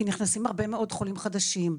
כי נכנסים הרבה מאוד חולים חדשים.